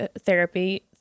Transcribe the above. therapy